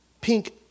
pink